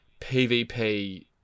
PvP